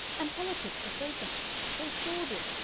and politics are so dusty, so sordid,